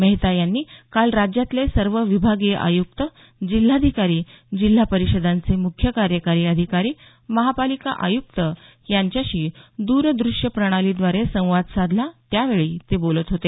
मेहता यांनी काल राज्यातले सर्व विभागीय आयुक्त जिल्हाधिकारी जिल्हा परिषदांचे मुख्य कार्यकारी अधिकारी महापालिका आयुक्त यांच्याशी द्रदृश्यप्रणालीद्वारे संवाद साधला त्यावेळी ते बोलत होते